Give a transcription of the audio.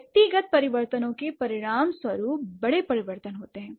व्यक्तिगत परिवर्तनों के परिणामस्वरूप बड़े परिवर्तन होते हैं